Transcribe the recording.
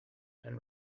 and